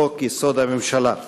לחוק-יסוד: הממשלה.